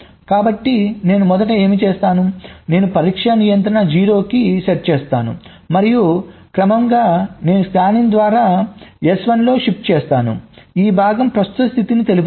కాబట్టి నేను మొదట ఏమి చేస్తాను నేను పరీక్ష నియంత్రణను 0 కి సెట్ చేసాను మరియు క్రమంగా నేను స్కానిన్ ద్వారా S1 లో షిఫ్ట్ చేస్తాను ఈ భాగం ప్రస్తుత స్థితిని తెలుపుతుంది